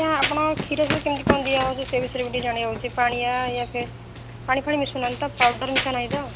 ଆଜ୍ଞା ଆପଣଙ୍କ କ୍ଷୀର ସବୁ କେମିତି କ'ଣ ଦିଆ ହେଉଛି ସେଇ ବିଷୟରେ ବି ଟିକିଏ ଜାଣିବା ଉଚିତ୍ ପାଣିଆ ୟା'ଫେର୍ ପାଣିଫାଣି ମିଶଉ ନାହାନ୍ତି ତ ପାଉଡ଼ର୍ ମିଶୁ ନାହିଁ ତ